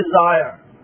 desire